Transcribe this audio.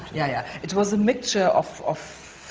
ja. yeah it was a mixture of of